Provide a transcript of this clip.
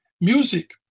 music